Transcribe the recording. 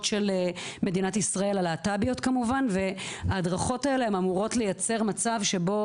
של הלהט"ב במדינת ישראל וההדרכות האלה הן אמורות לייצר מצב שבו